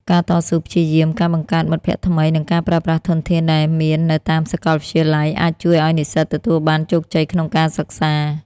ការតស៊ូព្យាយាម ការបង្កើតមិត្តភក្តិថ្មី និងការប្រើប្រាស់ធនធានដែលមាននៅតាមសាកលវិទ្យាល័យ អាចជួយឲ្យនិស្សិតទទួលបានជោគជ័យក្នុងការសិក្សា។